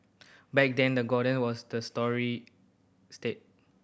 back then the Garden was the story state